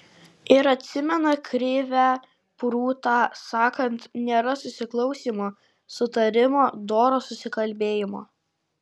ir atsimena krivę prūtą sakant nėra susiklausymo sutarimo doro susikalbėjimo